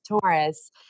Taurus